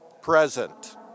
present